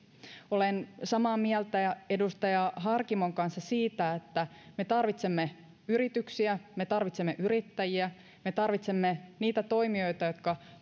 olen samaa mieltä edustaja harkimon kanssa siitä että me tarvitsemme yrityksiä me tarvitsemme yrittäjiä me tarvitsemme niitä toimijoita jotka